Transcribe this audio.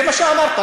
זה מה שאמרת.